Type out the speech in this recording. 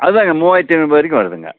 அதாங்க மூவாயிரத்து ஐநூறுரூபா வரைக்கும் வருதுங்க